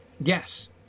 Yes